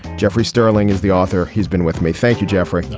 jeffrey sterling is the author. he's been with me. thank you, jeffrey.